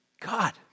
God